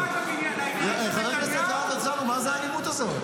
מה זו האלימות הזאת?